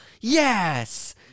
yes